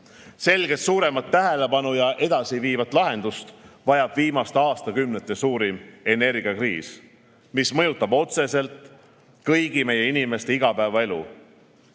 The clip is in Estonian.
Selgelt suuremat tähelepanu ja edasiviivat lahendust vajab viimaste aastakümnete suurim energiakriis, mis mõjutab otseselt kõigi meie inimeste igapäevaelu.